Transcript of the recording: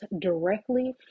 directly